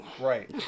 Right